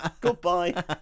Goodbye